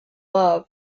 love